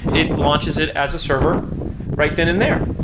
it launches it as a server right then and there,